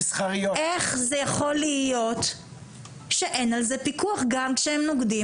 איך זה יכול להיות שאין על זה פיקוח גם כשהם נוגדים